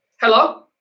hello